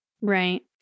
Right